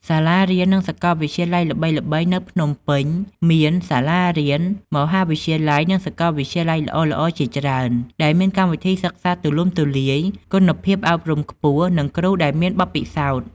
សាលារៀន និងសាកលវិទ្យាល័យល្បីៗនៅភ្នំពេញមានសាលារៀន មហាវិទ្យាល័យ និងសាកលវិទ្យាល័យល្អៗជាច្រើន ដែលមានកម្មវិធីសិក្សាទូលំទូលាយ គុណភាពអប់រំខ្ពស់ និងគ្រូដែលមានបទពិសោធន៍។